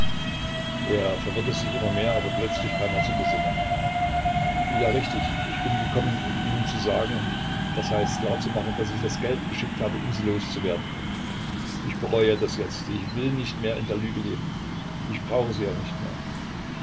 er verwirrte sich immer mehr aber plötzlich kam er zur besinnung ja richtig ich bin gekommen um ihnen zu sagen das heißt klar zu machen daß ich das geld geschickt habe um sie loszuwerden ich bereue das jetzt ich will nicht mehr in der lüge leben ich brauche sie auch nicht mehr